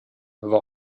war